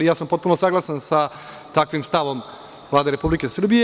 Ja sam potpuno saglasan sa takvim stavom Vlade Republike Srbije.